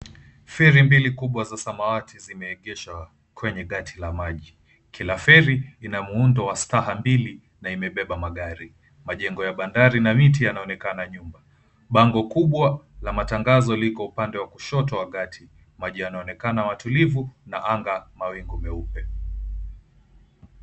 Feri mbili kubwa za samawati zimeegeshwa kwenye gati la maji. Kila feri lina muundo wa staha mbili na imebeba magari. Majengo ya bandari na miti yanaonekana nyuma. Bango kubwa la matangazo liko upande wa kushoto wa gati. Maji yanaonekana matulivu na anga mawingu meupe.